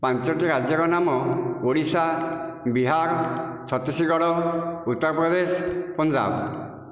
ପାଞ୍ଚଟି ରାଜ୍ୟର ନାମ ଓଡ଼ିଶା ବିହାର ଛତିଶଗଡ଼ ଉତ୍ତରପ୍ରଦେଶ ପଞ୍ଜାବ